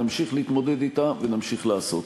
נמשיך להתמודד אתה ונמשיך לעשות.